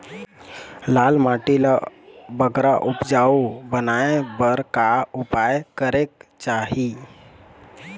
लाल माटी ला बगरा उपजाऊ बनाए बर का उपाय करेक चाही?